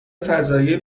فضایی